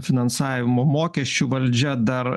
finansavimo mokesčių valdžia dar